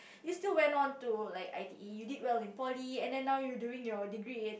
you still went on to like I_T_E you did well in poly and then now you are doing your degree